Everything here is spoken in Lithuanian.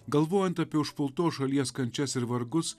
galvojant apie užpultos šalies kančias ir vargus